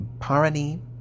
Parani